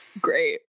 great